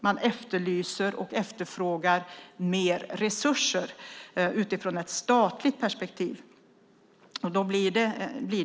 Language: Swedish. Man efterlyser och efterfrågar mer resurser från statens sida.